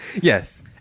Yes